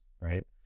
right